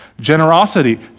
Generosity